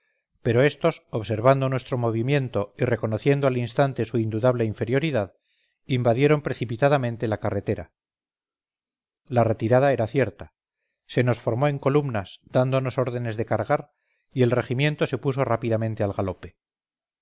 pero estos observando nuestro movimiento y reconociendo al instante su indudable inferioridad invadieron precipitadamente la carretera la retirada era cierta se nos formó en columnas dándonos orden de cargar y el regimiento se puso rápidamente al galope